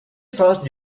start